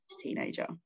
teenager